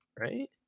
right